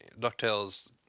DuckTales